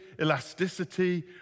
elasticity